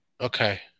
Okay